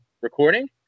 recording